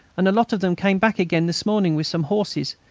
and a lot of them came back again this morning with some horses,